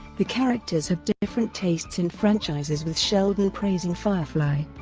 the characters have different tastes in franchises with sheldon praising firefly,